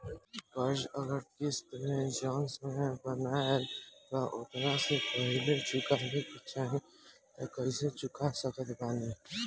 कर्जा अगर किश्त मे जऊन समय बनहाएल बा ओतना से पहिले चुकावे के चाहीं त कइसे चुका सकत बानी?